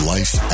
Life